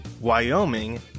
Wyoming